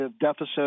deficit